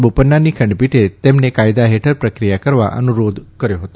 બોપન્નાની ખંડપીઠે તેમને કાયદા હેઠળ પ્રક્રિયા કરવા અનુરોધ કર્યો હતો